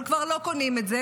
אבל כבר לא קונים את זה.